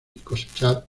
cosechar